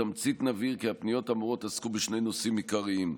בתמצית נבהיר כי הפניות האמורות עסקו בשני נושאים עיקריים: